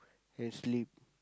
and sleep